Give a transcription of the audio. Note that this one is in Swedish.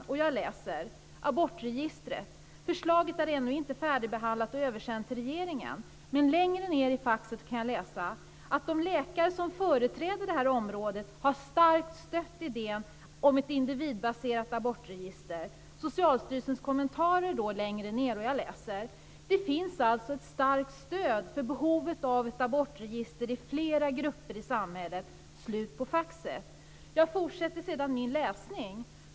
Jag läser vad som står om abortregistret: Förslaget är ännu inte färdigbehandlat och översänt till regeringen. Längre ned i faxet kan jag läsa att de läkare som företräder detta område starkt har stött idén om ett individbaserat abortregister. Jag läser Socialstyrelsens kommentarer längre ned: Det finns alltså ett starkt stöd för behovet av ett abortregister i flera grupper i samhället. Jag fortsätter min läsning.